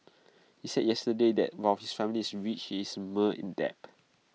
he said yesterday that while his family is rich he is in debt